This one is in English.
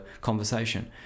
conversation